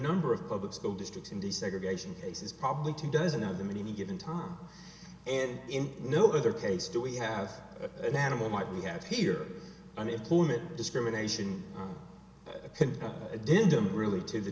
number of public school districts in desegregation cases probably two dozen of them in any given time and in no other case do we have an animal might we have here unemployment discrimination